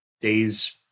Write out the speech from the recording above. days